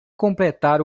completar